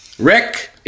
Rick